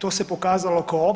To se pokazalo kao